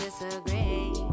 disagree